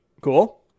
Cool